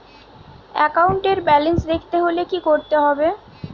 একাউন্টের ব্যালান্স দেখতে হলে কি করতে হবে?